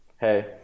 Hey